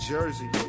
Jersey